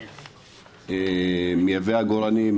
אני מייבא עגורנים,